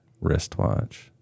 wristwatch